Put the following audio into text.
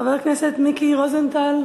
חבר הכנסת מיקי רוזנטל,